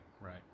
right